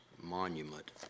monument